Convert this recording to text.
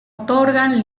otorgan